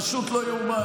פשוט לא ייאמן.